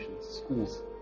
schools